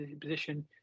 position